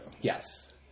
Yes